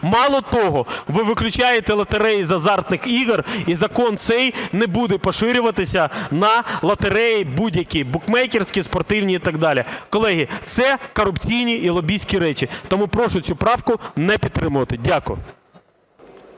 Мало того, ви виключаєте лотереї з азартних ігор, і закон цей не буде поширюватися на лотереї будь-які: букмекерські, спортивні і так далі. Колеги, це корупційні і лобістські речі. Тому прошу цю правку не підтримувати. Дякую.